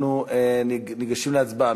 אנחנו ניגשים להצבעה.